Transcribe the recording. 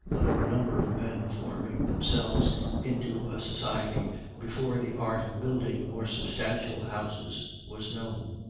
but of a number of men forming themselves into a society before the art of building more substantial houses was known?